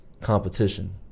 competition